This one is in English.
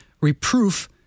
reproof